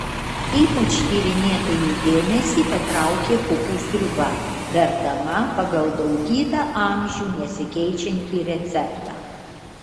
ypač tyrinėtojų dėmesį patraukė pupų sriuba verdama pagal daugybę amžių nesikeičiantį receptą